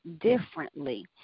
differently